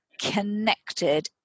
connected